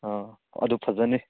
ꯑꯥ ꯑꯗꯨ ꯐꯖꯅꯤ